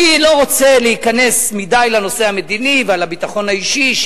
אני לא רוצה להיכנס יותר מדי לנושא המדיני ולביטחון האישי,